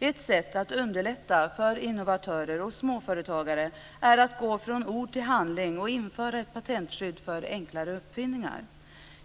Ett sätt att underlätta för innovatörer och småföretagare är att gå från ord till handling och införa ett patentskydd för enklare uppfinningar.